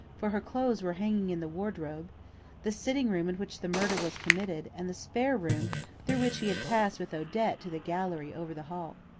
for her clothes were hanging in the wardrobe the sitting-room in which the murder was committed, and the spare room through which he had passed with odette to the gallery over the hall.